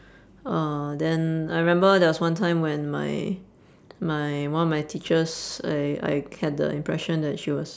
uh then I remember there was one time when my my one of my teachers I I had the impression that she was